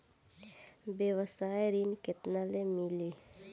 व्यवसाय ऋण केतना ले मिली?